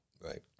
Right